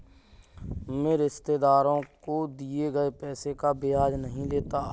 मैं रिश्तेदारों को दिए गए पैसे का ब्याज नहीं लेता